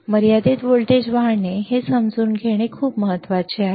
मर्यादित व्होल्टेज वाढणे हे समजून घेणे खूप महत्वाचे आहे